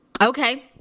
Okay